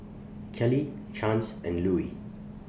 Kellee Chance and Louis